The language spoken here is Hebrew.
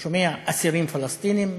הוא שומע "אסירים פלסטינים",